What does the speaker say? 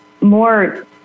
more